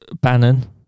Bannon